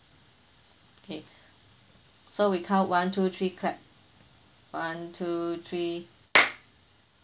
okay so we count one two three clap one two three